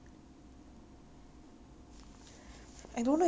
I don't know leh the previous owner also don't know leh but I think maybe seven